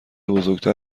بزرگتر